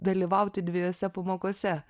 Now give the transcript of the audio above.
dalyvauti dvejose pamokose